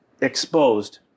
exposed